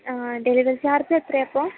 delivery charge എത്രയാ അപ്പോൾ